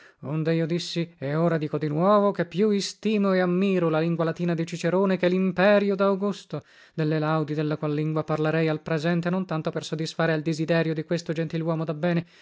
onde io dissi e ora dico di nuovo che più istimo e ammiro la lingua latina di cicerone che limperio daugusto delle laudi della qual lingua parlarei al presente non tanto per sodisfare al disiderio di questo gentiluomo da bene